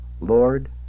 Lord